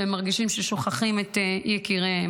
שהם מרגישים ששוכחים את יקיריהם.